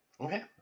Okay